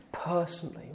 Personally